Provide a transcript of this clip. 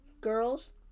Girls